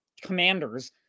commanders